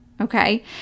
Okay